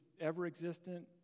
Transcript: ever-existent